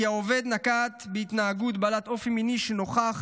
כי העובד נקט התנהגות בעלת אופי מיני שנוכח